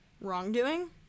wrongdoing